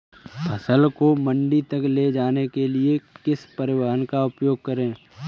फसल को मंडी तक ले जाने के लिए किस परिवहन का उपयोग करें?